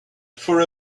for